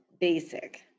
basic